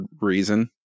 reason